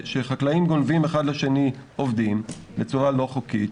שחקלאים גונבים אחד לשני עובדים בצורה לא חוקית,